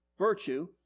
Virtue